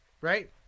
Right